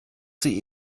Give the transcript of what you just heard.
sie